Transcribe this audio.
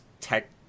tech